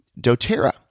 doTERRA